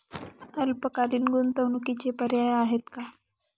अल्पकालीन गुंतवणूकीचे पर्याय आहेत का?